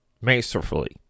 masterfully